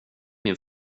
min